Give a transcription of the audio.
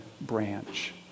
Branch